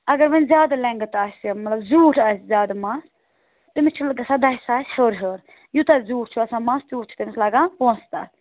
اَگر وَنۍ زیادٕ لٮ۪نٛگٕتھ آسہِ مطلب زیوٗٹھ آسہِ زیادٕ مَس أمِس چھِ گژھان دَہہِ ساسہِ ہیوٚر ہیوٚر یوٗتاہ زیوٗٹھ چھُ آسان مَس تیوٗت چھُ تٔمِس لَگان پونٛسہٕ تَتھ